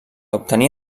obtenir